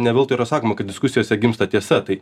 ne veltui yra sakoma kad diskusijose gimsta tiesa tai